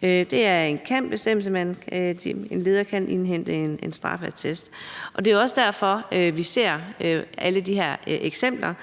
Det er en »kan«-bestemmelse; en leder kan indhente en straffeattest. Det er også derfor, vi ser alle de her eksempler.